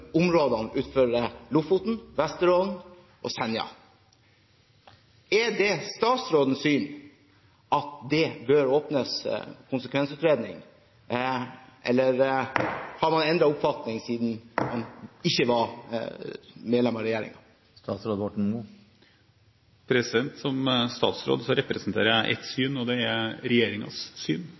områdene utenfor Lofoten, Vesterålen og Senja. Er det statsrådens syn at det bør åpnes for konsekvensutredning, eller har man endret oppfatning fra den gang man ikke var medlem av regjeringen? Som statsråd representerer jeg ett syn, og det er regjeringens syn.